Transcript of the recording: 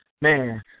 man